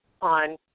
on